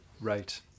Right